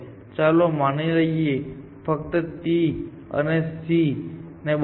ચાલો માની લઈએ કે ફક્ત T અને આ C ને બદલે